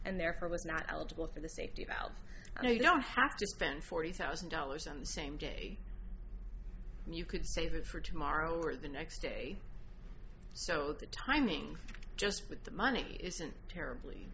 and therefore was not eligible for the safety valve you know you don't have to spend forty thousand dollars on the same day you could save it for tomorrow or the next day so the timing just with the money isn't terribly